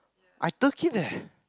I turkey there